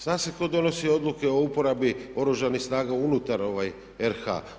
Zna se tko donosi odluke o uporabi Oružanih snaga unutar RH.